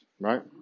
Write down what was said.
right